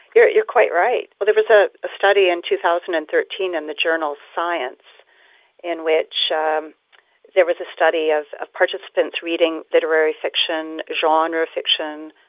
you're you're quite right. there was a a study in two thousand and thirteen in the journal science in which um there was a study of of participants reading literary fiction, genre fiction,